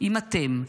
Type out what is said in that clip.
אם אתם,